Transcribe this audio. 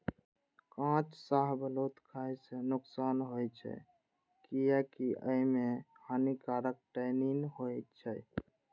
कांच शाहबलूत खाय सं नुकसान होइ छै, कियैकि अय मे हानिकारक टैनिन होइ छै